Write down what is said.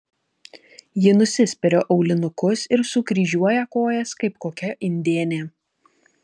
ji nusispiria aulinukus ir sukryžiuoja kojas kaip kokia indėnė